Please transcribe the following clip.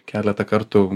keletą kartų